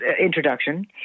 introduction